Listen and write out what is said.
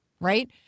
right